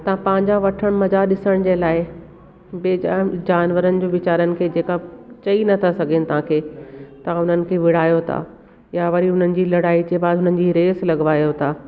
तव्हां पंहिंजा वठणु मज़ा ॾिसण जे लाइ बेजान जानवरनि जो वीचारनि खे जेका चई नथा सघनि तव्हांखे तव्हां हुननि खे विड़ायो था या वरी हुननि जी लड़ाई जे बाद हुननि जी रेस लगवायो था